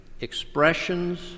expressions